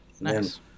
Nice